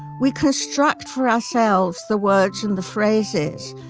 we construct for ourselves the words and the phrases.